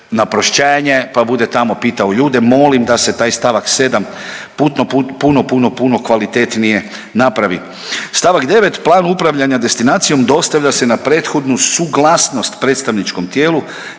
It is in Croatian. pa bude tamo pitao ljude, molim da se taj st. 7. puno, puno, puno kvalitetnije napravi. St. 9., plan upravljanja destinacijom dostavlja se na prethodnu suglasnost predstavničkom tijelu